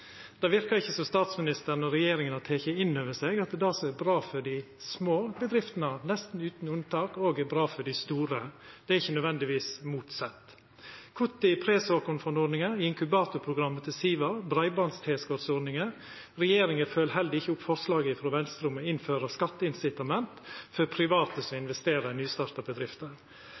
Det verkar ikkje som om statsministeren og regjeringa har teke inn over seg at det som er bra for dei små bedriftene, nesten utan unntak òg er bra for dei store. Det er ikkje nødvendigvis motsett. Ein kuttar i presåkornfondordninga, inkubatorprogrammet til Siva og breibandstilskotsordninga. Regjeringa følgjer heller ikkje opp forslaget frå Venstre om å innføra skatteincitament for private som investerer i nystarta bedrifter.